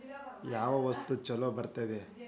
ಯಾವ ವಸ್ತು ಛಲೋ ಬರ್ತೇತಿ?